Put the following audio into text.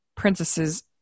princesses